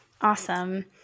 Awesome